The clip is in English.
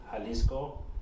Jalisco